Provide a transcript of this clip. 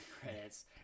credits